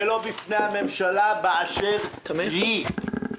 ולא בפני הממשלה באשר היא.